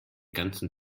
ganzen